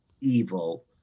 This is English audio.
evil